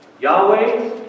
Yahweh